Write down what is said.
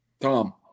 tom